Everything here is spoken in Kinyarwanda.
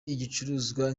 igicuruzwa